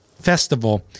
festival